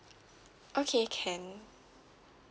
okay can